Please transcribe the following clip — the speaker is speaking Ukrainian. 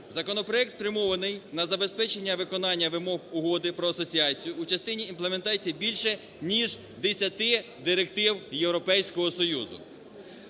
Законопроект спрямований на забезпечення виконання вимог Угоди про асоціацію у частині імплементації більше ніж 10 директив Європейського Союзу.